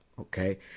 Okay